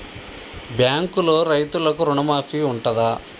బ్యాంకులో రైతులకు రుణమాఫీ ఉంటదా?